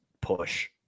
push